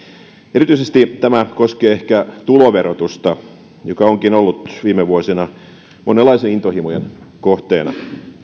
erityisesti tämä koskee ehkä tuloverotusta joka onkin ollut viime vuosina monenlaisien intohimojen kohteena